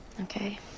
Okay